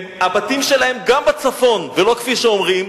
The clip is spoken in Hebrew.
הבתים שלהם גם בצפון, ולא כמו שאומרים,